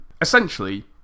Essentially